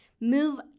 move